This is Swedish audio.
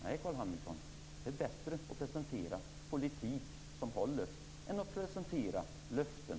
Nej, Carl Hamilton, det är bättre att presentera en politik som håller än att presentera löften.